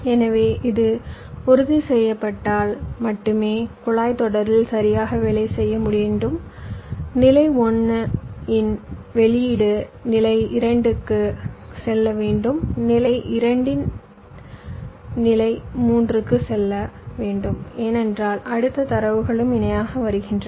எனவே இது உறுதி செய்யப்பட்டால் மட்டுமே குழாய் தொடரில் சரியாக வேலை செய்ய வேண்டும் நிலை 1 இன் வெளியீடு நிலை 2 க்கு செல்ல வேண்டும் நிலை 2 நிலை 3 க்கு செல்ல வேண்டும் ஏனென்றால் அடுத்த தரவுகளும் இணையாக வருகின்றன